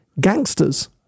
gangsters